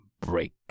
break